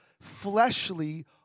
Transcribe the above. fleshly